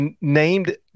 named